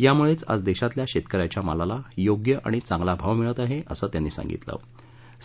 त्यामुळेच आज देशातल्या शेतकऱ्याच्या मालाला योग्य आणि चांगला भाव मिळत आहे असं त्यांनी सांगितलं